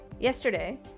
Yesterday